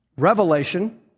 Revelation